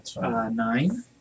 Nine